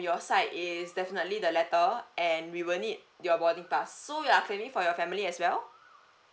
your side is definitely the letter and we will need your boarding pass so you are claiming for your family as well